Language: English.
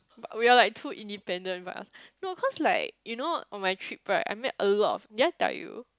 but we're like too independent but no cause like you know on my trip right I met a lot of did I tell you